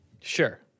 Sure